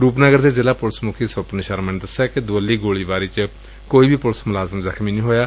ਰੁਪਨਗਰ ਦੇ ਜ਼ਿਲ਼ਾ ਪੁਲਿਸ ਮੁਖੀ ਸਵਪਨ ਸ਼ਰਮਾ ਨੇ ਦਸਿਆ ਕਿ ਦੁਵੱਲੀ ਗੋਲੀਬਾਰੀ ਚ ਕੋਈ ਵੀ ਪੁਲਿਸ ਮੁਲਾਜ਼ਮ ਜਖ਼ਮੀ ਨਹੀਂ ਹੋਇਆ